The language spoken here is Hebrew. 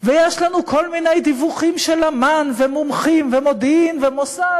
ויש לנו כל מיני דיווחים של אמ"ן ומומחים ומודיעין ומוסד,